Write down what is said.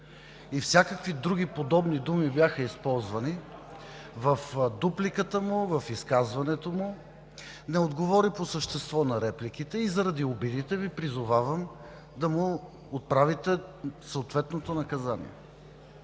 и всякакви други подобни думи бяха използвани в дупликата му, в изказването му. Не отговори по същество на репликите и заради обидите му Ви призовавам да му отправите съответното наказание.